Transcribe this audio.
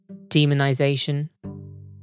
demonization